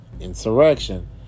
insurrection